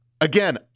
Again